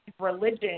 Religion